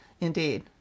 Indeed